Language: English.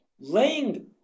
laying